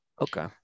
Okay